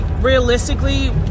realistically